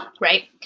right